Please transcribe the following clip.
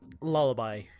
lullaby